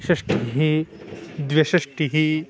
षष्टिः द्विषष्टिः